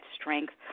strength